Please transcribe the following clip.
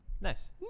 nice